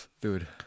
Dude